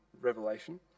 Revelation